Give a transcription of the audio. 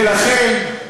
ולכן,